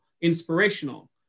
inspirational